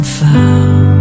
found